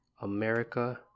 America